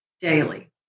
daily